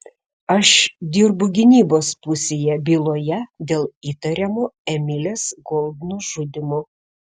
aš dirbu gynybos pusėje byloje dėl įtariamo emilės gold nužudymo